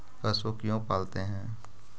पशु क्यों पालते हैं?